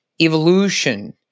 evolution